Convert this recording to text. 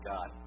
God